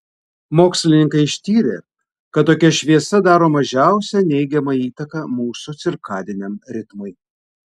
mokslininkai ištyrė kad tokia šviesa daro mažiausią neigiamą įtaką mūsų cirkadiniam ritmui